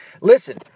Listen